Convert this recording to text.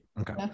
okay